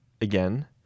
again